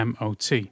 MOT